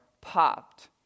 popped